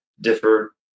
differ